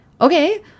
okay